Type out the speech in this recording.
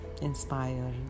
inspire